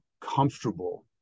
comfortable